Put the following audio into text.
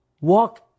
walk